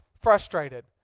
frustrated